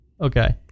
Okay